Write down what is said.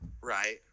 right